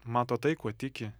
mato tai kuo tiki